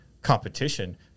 competition